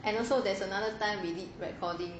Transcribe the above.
and also there's another time we did recording